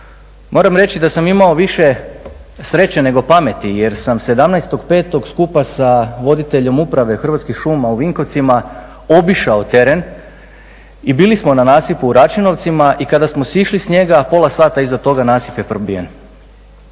Moram reći da sam imao više sreće nego pameti, jer sam 17.5. skupa sa voditeljem Uprave Hrvatskih šuma u Vinkovcima obišao teren i bili smo na nasipu u Račinovcima i kada smo sišli s njega pola sata iza toga nasip je probijen.